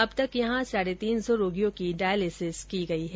अब तक यहां साढे तीन सौ रोगियों की डायलिसिस की गई है